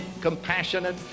compassionate